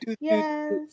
Yes